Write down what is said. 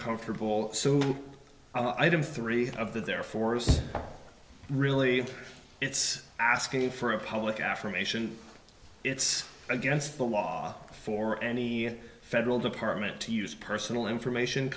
comfortable so i did three of their forests really it's asking for a public affirmation it's against the law for any federal department to use personal information